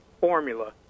formula